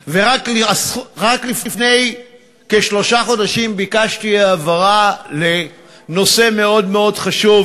רק לפני כשלושה חודשים ביקשתי העברה לנושא מאוד מאוד חשוב,